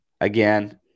again